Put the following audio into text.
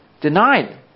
denied